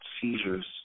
seizures